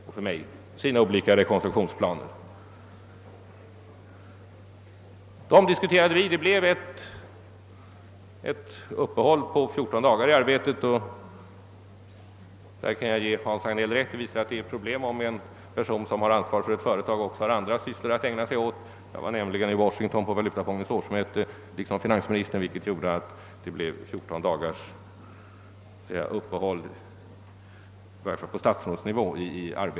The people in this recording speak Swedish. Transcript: När vi diskuterade verkställande direktörens planer blev det emellertid ett uppehåll på fjorton dagar, och härvidlag kan jag ge Hans Hagnell rätt i att det utgör ett problem om den som bär ansvaret för ett företag också har andra sysslor att ägna sig åt. Jag var nämligen liksom finansministern i Washington på Valutafondens årsmöte, vilket gjorde att det blev fjorton dagars uppehåll i arbetet på statsrådsnivå.